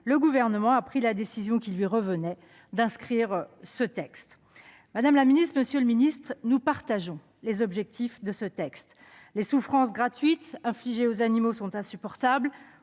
le Gouvernement a pris la décision, qui lui revenait, de nous permette d'en débattre aujourd'hui. Madame, monsieur les ministres, nous partageons les objectifs de ce texte. Les souffrances gratuites infligées aux animaux sont insupportables